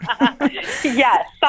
yes